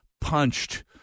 punched